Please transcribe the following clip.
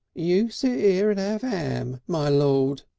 you sit ere and ave am, my lord!